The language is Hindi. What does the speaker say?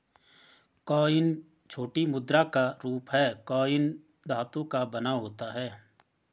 कॉइन छोटी मुद्रा का रूप है कॉइन धातु का बना होता है